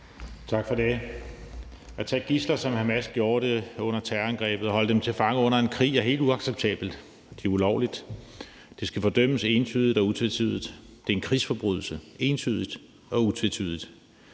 Tak for det. At tage gidsler, som Hamas gjorde det under terrorangrebet, og holde dem til fange under en krig, er helt uacceptabelt. Det er ulovligt, det skal fordømmes entydigt og utvetydigt. Det er en krigsforbrydelse entydigt og utvetydigt.